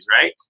right